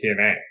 TNA